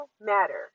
matter